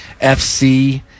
FC